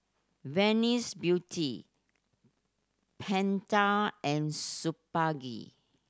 Venus Beauty Pentel and Superga